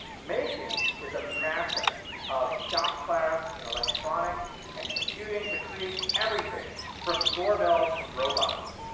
making is a mashup of shop class and electronics and computing to create everything from doorbells to robots.